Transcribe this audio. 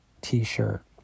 t-shirt